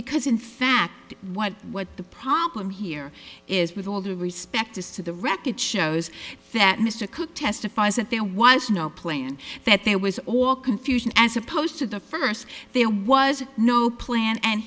because in fact what what the problem here is with all due respect as to the wreck it shows that mr cook testifies that there was no plan that there was all confusion as opposed to the first there was no plan and